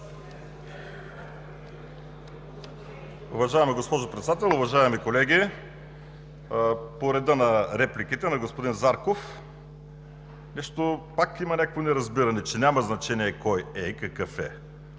Уважаема госпожо Председател, уважаеми колеги! По реда на репликите на господин Зарков – пак има някакво неразбиране, че няма значение кой е и какъв е.